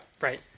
right